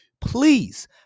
please –